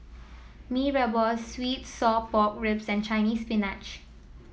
Mee Rebus sweet Sour Pork Ribs and Chinese Spinach